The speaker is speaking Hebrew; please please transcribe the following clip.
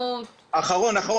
משפט אחרון.